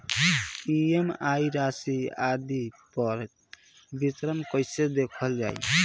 EMI राशि आदि पर विवरण कैसे देखल जाइ?